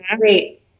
great